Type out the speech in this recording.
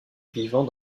vivant